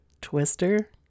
Twister